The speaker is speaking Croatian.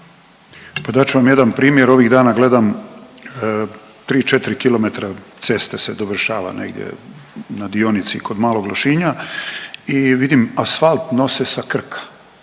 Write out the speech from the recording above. dat ću vam jedan primjer, ovih dana gledam 3-4 km ceste se dovršava negdje na dionici kod Malog Lošinja i vidim asfalt nose sa Krka,